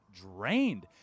drained